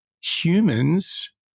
humans